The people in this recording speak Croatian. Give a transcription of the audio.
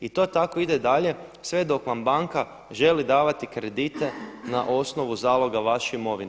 I to tako ide dalje sve dok vam banka želi davati kredite na osnovu zaloga vaše imovine.